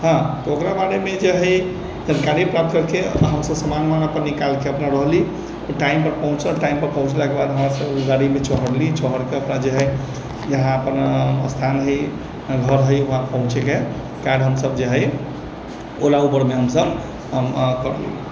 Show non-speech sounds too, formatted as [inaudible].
हँ तऽ ओकरा बारेमे जे हइ जानकारी प्राप्त कैरिके हम सभ सामान वामान निकालिके अपना रहलि टाइम पर पहुँचल टाइम पर पहुँचलाके बाद हमरा सभ ओहि गाड़ीमे चढ़ली चढ़के अपना जे हइ जहाँ अपना स्थान है घर है वहाँ पहुँचके [unintelligible] हम सभ जे हइ ओला उबरमे हम सभ